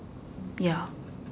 ya